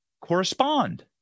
correspond